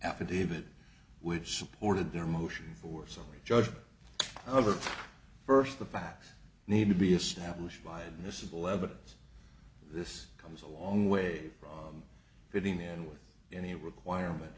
affidavit which supported their motion for summary judgment of the first the facts may be established by admissible evidence this comes a long way from fitting in with any requirement